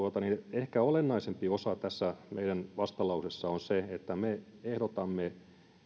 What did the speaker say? ehkä olennaisempi osa tässä meidän vastalauseessamme on se että me ehdotamme